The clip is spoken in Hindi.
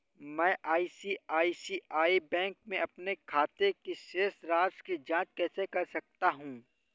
मैं आई.सी.आई.सी.आई बैंक के अपने खाते की शेष राशि की जाँच कैसे कर सकता हूँ?